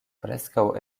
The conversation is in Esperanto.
preskaŭ